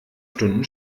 stunden